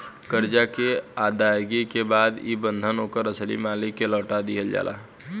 करजा के अदायगी के बाद ई बंधन ओकर असली मालिक के लौटा दिहल जाला